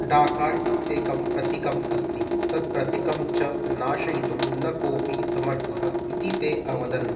डाकार् इत्येकं प्रतीकम् अस्ति तत् प्रतीकं च नाशयितुं न कोपि समर्थः इति ते अवदन्